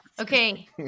Okay